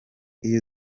iyo